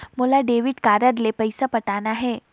मोला debit card ले पइसा पटाना हे?